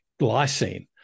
glycine